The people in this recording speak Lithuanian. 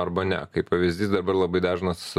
arba ne kaip pavyzdys dabar labai dažnas